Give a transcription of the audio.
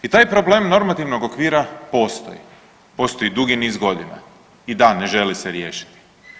I taj problem normativnog okvira postoji, postoji dugi niz godina i da, ne želi se riješiti.